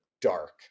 dark